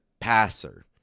passer